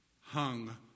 hung